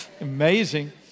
Amazing